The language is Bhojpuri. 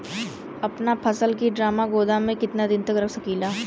अपना फसल की ड्रामा गोदाम में कितना दिन तक रख सकीला?